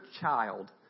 child